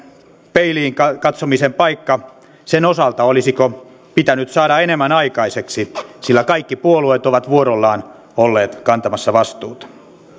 peiliin katsomisen paikka sen osalta olisiko pitänyt saada enemmän aikaiseksi sillä kaikki puolueet ovat vuorollaan olleet kantamassa vastuuta